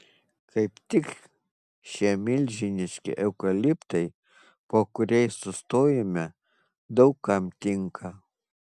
kaip tik šie milžiniški eukaliptai po kuriais sustojome daug kam tinka